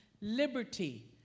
liberty